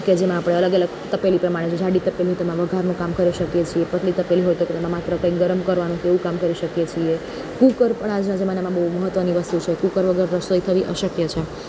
કે જેમાં આપણે અલગ અલગ તપેલી પ્રમાણે જો જાડી તપેલી તો તેમાં વઘારનું કામ કરી શકીએ છીએ પતલી તપેલી હોય તો ઘરમાં માત્ર કઈ ગરમ કરવા માટે એવું કામ કરી શકીએ છે કુકર પણ આજના જમાનામાં બહુ મહત્ત્વની વસ્તુ છે કુકર વગર રસોઈ થવી અશક્ય છે